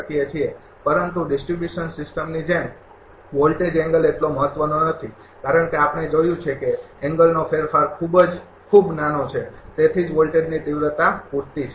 પરંતુ ડિસ્ટ્રિબ્યુશન સિસ્ટમની જેમ વોલ્ટેજ એંગલ એટલો મહત્વનો નથી કારણ કે આપણે જોયું છે કે એંગલનો ફેરફાર ખૂબ જ ખૂબ નાનો છે તેથી જ વોલ્ટેજની તિવ્રતા પૂરતી છે